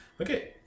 okay